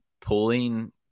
pulling